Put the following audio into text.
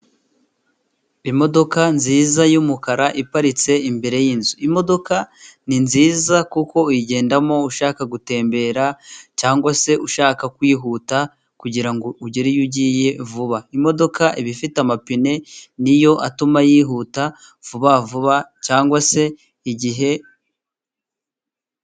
Imodoka nziza y'umukara iparitse imbere y'inzu. Imodoka ni nziza kuko uyigendamo ushaka gutembera, cyangwa se ushaka kwihuta kugira ngo ugere iyo ugiye vuba. Imodoka iba ifite amapine niyo atuma yihuta vuba vuba cyangwa se igihe...